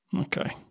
okay